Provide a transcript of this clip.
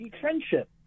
Friendship